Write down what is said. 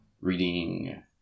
reading